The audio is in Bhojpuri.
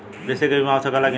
कृषि के बिमा हो सकला की ना?